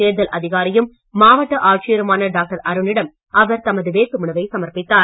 தேர்தல் அதிகாரியும் மாவட்ட ஆட்சியருமான டாக்டர் அருணிடம் அவர் தமது வேட்புமனுவை சமர்ப்பித்தார்